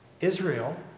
Israel